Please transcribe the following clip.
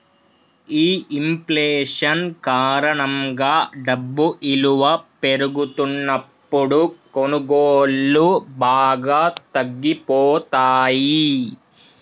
ఈ ఇంఫ్లేషన్ కారణంగా డబ్బు ఇలువ పెరుగుతున్నప్పుడు కొనుగోళ్ళు బాగా తగ్గిపోతయ్యి